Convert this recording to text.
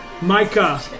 Micah